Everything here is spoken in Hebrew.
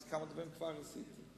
כמה דברים כבר עשיתי.